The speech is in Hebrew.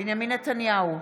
בנימין נתניהו,